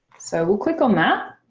so we'll click on that.